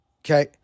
okay